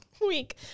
week